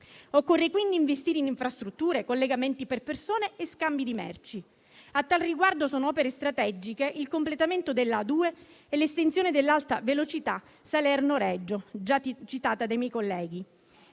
Occorre quindi investire in infrastrutture, collegamenti per persone e scambi di merci. A tal riguardo sono opere strategiche il completamento dell'autostrada A2 e l'estensione dell'Alta velocità Salerno-Reggio Calabria - già citata dai miei colleghi